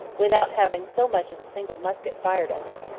without having so much as a single musket fired at them.